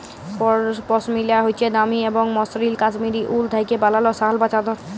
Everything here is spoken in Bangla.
পশমিলা হছে দামি এবং মসৃল কাশ্মীরি উল থ্যাইকে বালাল শাল বা চাদর